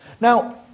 Now